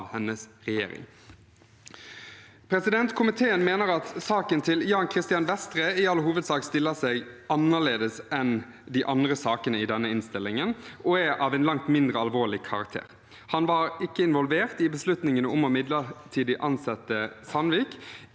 hennes regjering. Komiteen mener at saken til Jan Christian Vestre i all hovedsak stiller seg annerledes enn de andre sakene i denne innstillingen og er av en langt mindre alvorlig karakter. Han var ikke involvert i beslutningene om midlertidig å ansette Sandvik,